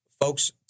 folks